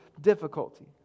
difficulty